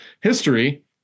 history